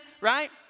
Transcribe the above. Right